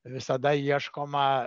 visada ieškoma